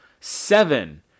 Seven